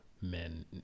men